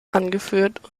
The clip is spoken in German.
angeführt